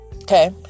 Okay